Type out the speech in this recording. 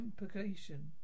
implication